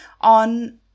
on